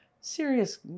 serious